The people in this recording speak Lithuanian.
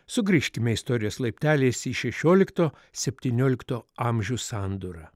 sugrįžkime istorijos laipteliais į šešiolikto septyniolikto amžių sandūrą